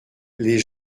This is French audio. les